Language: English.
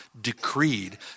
decreed